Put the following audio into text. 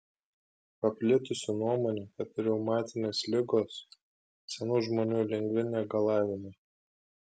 paplitusi nuomonė kad reumatinės ligos senų žmonių lengvi negalavimai